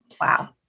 Wow